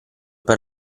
per